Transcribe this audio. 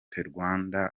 rwanda